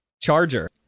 charger